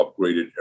upgraded